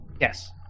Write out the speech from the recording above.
Yes